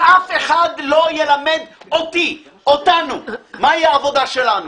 שאף אחד לא ילמד אותי, אותנו, מהי עבודתנו.